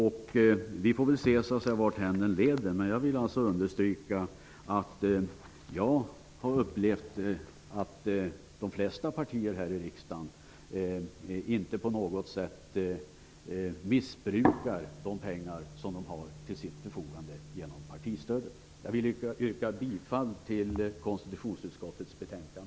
Vi får se varthän det leder. Jag vill understryka att jag har upplevt att de flesta partier här i riksdagen inte på något sätt missbrukar de pengar som de har till sitt förfogande genom partistödet. Jag vill yrka bifall till konstitutionsutskottets hemställan.